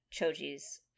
Choji's